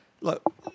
look